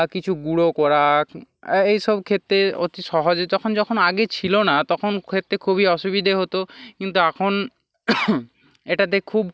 কিছু গুঁড়ো করা এই সব ক্ষেত্রে অতি সহজে যখন যখন আগে ছিল না তখন ক্ষেত্তে খুবই অসুবিধে হতো কিন্তু এখন এটাতে খুব